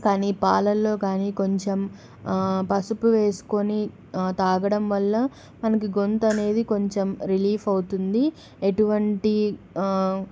కానీ పాలల్లో కానీ కొంచెం పసుపు వేసుకుని తాగడం వల్ల మనకి గొంత అనేది కొంచెం రిలీఫ్ అవుతుంది ఎటువంటి